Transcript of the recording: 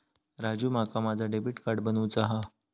राजू, माका माझा debit card बनवूचा हा